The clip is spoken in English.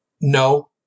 No